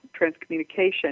transcommunication